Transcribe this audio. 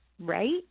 Right